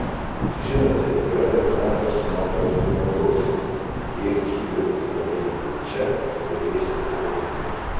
žinote yra ir franko sinatros dainos žodžiai jeigu sugebi tai padaryti čia sugebėsi bet kur